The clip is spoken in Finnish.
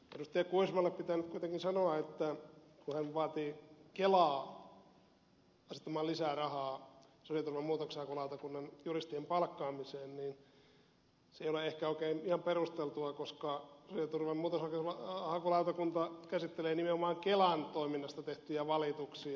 kuismalle pitää nyt kuitenkin sanoa että kun hän vaati kelaa asettamaan lisää rahaa sosiaaliturvan muutoksenhakulautakunnan juristien palkkaamiseen niin se ei ole ehkä ihan perusteltua koska sosiaaliturvan muutoksenhakulautakunta käsittelee nimenomaan kelan toiminnasta tehtyjä valituksia